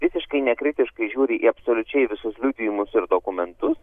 visiškai nekritiškai žiūri į absoliučiai visus liudijimus ir dokumentus